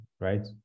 right